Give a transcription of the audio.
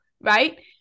right